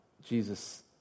Jesus